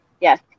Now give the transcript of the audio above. Yes